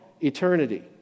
Eternity